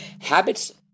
Habits